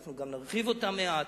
אנחנו גם נרחיב אותם מעט.